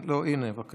לא, הינה, בבקשה,